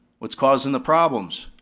what's causing the problems?